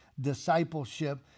discipleship